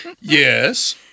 Yes